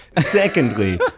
Secondly